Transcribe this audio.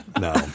No